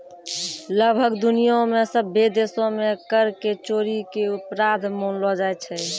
लगभग दुनिया मे सभ्भे देशो मे कर के चोरी के अपराध मानलो जाय छै